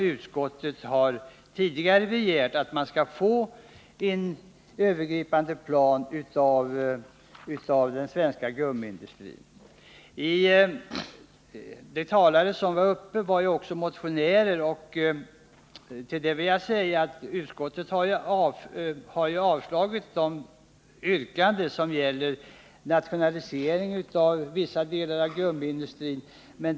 Utskottet har tidigare begärt att få en övergripande plan för den svenska gummiindustrin, och vi har alltså att nu invänta förslag i den riktningen. Till de motionärer som deltog i debatten i går vill jag säga att utskottet har avstyrkt de yrkanden som gäller nationalisering av vissa delar av gummiindustrin.